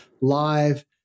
live